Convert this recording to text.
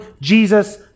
Jesus